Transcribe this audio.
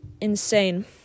insane